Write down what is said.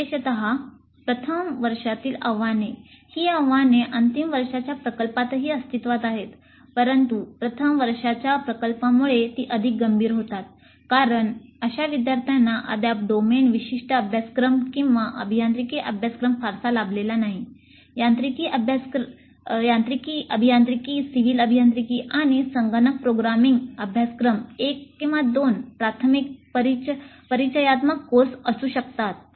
विशेषत प्रथम वर्षातील आव्हाने ही आव्हाने अंतिम वर्षाच्या प्रकल्पातही अस्तित्त्वात आहेत परंतु प्रथम वर्षाच्या प्रकल्पामुळे ती अधिक गंभीर होतात कारण अशा विद्यार्थ्यांना अद्याप डोमेन विशिष्ट अभ्यासक्रम किंवा अभियांत्रिकी अभ्यासक्रम फारसा लाभलेला नाही यांत्रिकी अभियांत्रिकी सिव्हिल अभियांत्रिकी आणि संगणक प्रोग्रामिंग अभ्यासक्रम एक किंवा दोन प्राथमिक परिचयात्मक कोर्स असू शकतात